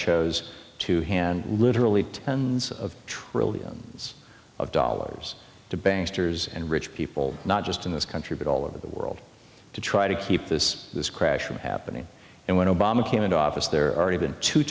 chose to hand literally tens of trillions of dollars to banks toure's and rich people not just in this country but all over the world to try to keep this this crash from happening and when obama came into office there already been